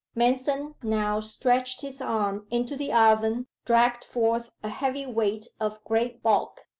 manston now stretched his arm into the oven, dragged forth a heavy weight of great bulk,